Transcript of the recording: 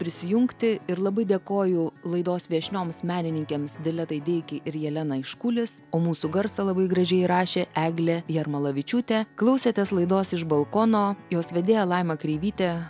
prisijungti ir labai dėkoju laidos viešnioms menininkėms diletai deikei ir jelenai škulis o mūsų garsą labai gražiai įrašė eglė jarmalavičiūtė klausėtės laidos iš balkono jos vedėja laima kreivytė